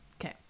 Okay